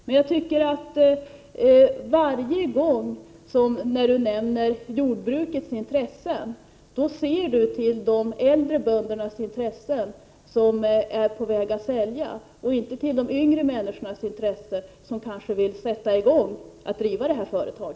Men jag tycker att Sven Eric Lorentzon varje gång han nämner jordbrukets intressen ser till de äldre böndernas intressen, de som är på väg att sälja, och inte till de yngre människornas intressen, de som kanske vill sätta i gång och driva detta företag.